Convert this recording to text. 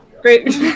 Great